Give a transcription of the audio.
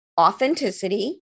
authenticity